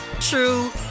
true